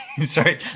Sorry